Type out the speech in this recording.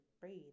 breathe